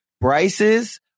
Bryce's